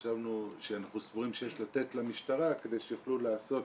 שאנחנו סבורים שיש לתת למשטרה כדי שיוכלו לעשות